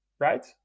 Right